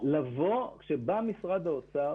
בא משרד האוצר